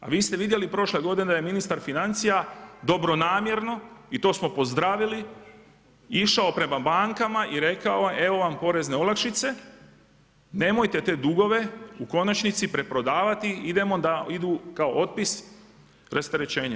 A vi ste vidjeli prošle godine da je ministar financija dobronamjerno i to smo pozdravili, išao prema bankama i rekao evo vam porezne olakšice, nemojte te dugove u konačnici preprodavati, idemo da idu kao otpis, rasterećenje.